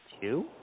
two